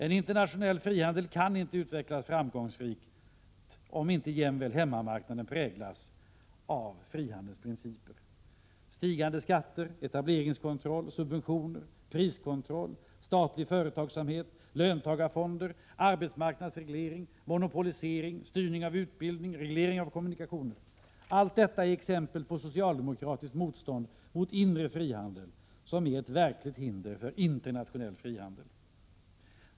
En internationell frihandel kan inte utvecklas framgångsrikt om inte jämväl hemmamarknaden präglas av frihandelns principer. Stigande skatter, etableringskontroll, subventioner, priskontroll, statlig företagsamhet, löntagarfonder, arbetsmarknadsreglering, monopolisering, styrning av utbildning, reglering av kommunikationer — allt detta är exempel på socialdemokratiskt motstånd mot inre frihandel, vilket är ett verkligt hinder för internationell frihandel.